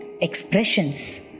expressions